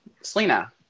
Selena